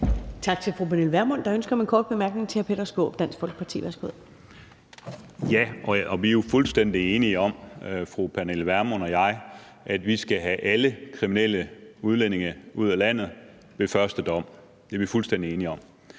Tak til fru Pernille Vermund. Der er ønske om en kort bemærkning til hr. Peter Skaarup, Dansk Folkeparti. Værsgo. Kl. 15:30 Peter Skaarup (DF): Fru Pernille Vermund og jeg er fuldstændig enige om, at vi skal have alle kriminelle udlændinge ud af landet ved første dom. Det er vi fuldstændig enige om.